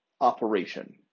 operation